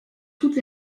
toute